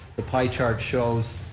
the pie chart shows